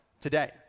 today